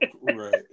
Right